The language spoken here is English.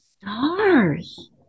Stars